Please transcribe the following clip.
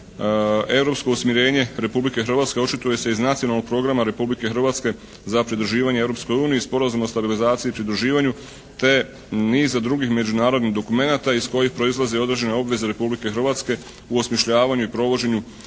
Europsko usmjerenje Republike Hrvatske očituje se iz Nacionalnog programa Republike Hrvatske za pridruživanje Europskoj uniji, Sporazum o stabilizaciji i pridruživanju te niza drugih međunarodnih dokumenata iz kojih proizlaze određene obveze Republike Hrvatske u osmišljavanju i provođenju